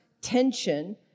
tension